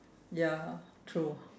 ya true